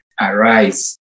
arise